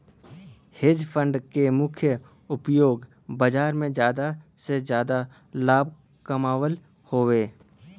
hedge fund क मुख्य उपयोग बाजार में जादा से जादा लाभ कमावल हउवे